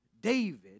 David